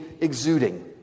exuding